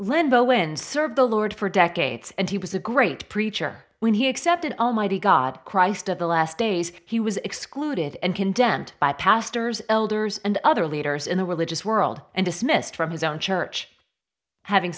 limbo when serve the lord for decades and he was a great preacher when he accepted almighty god christ of the last days he was excluded and condemned by pastors elders and other leaders in the religious world and dismissed from his own church having